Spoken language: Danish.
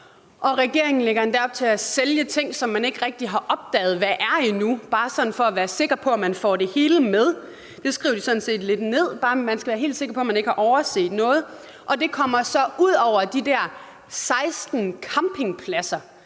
regeringen lægger endda op til at sælge ting, som man ikke rigtig har opdaget hvad er endnu, bare sådan for at være sikker på, at man får det hele med. Det skriver de sådan set lidt ned; man skal være helt sikker på, at man ikke har overset noget. Og det kommer så udover de der 16 campingpladser,